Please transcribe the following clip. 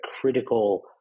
critical